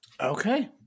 Okay